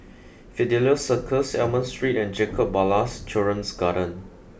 Fidelio Circus Almond Street and Jacob Ballas Children's Garden